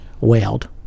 wailed